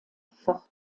fort